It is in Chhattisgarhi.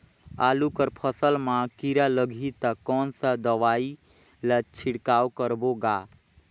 आलू कर फसल मा कीरा लगही ता कौन सा दवाई ला छिड़काव करबो गा?